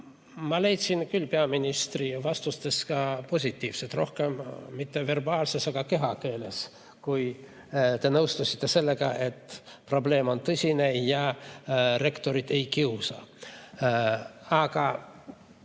Ma leidsin küll peaministri vastustest ka positiivset – mitte verbaalses, vaid rohkem kehakeeles –, kui te nõustusite sellega, et probleem on tõsine ja rektorid ei kiusa. Aga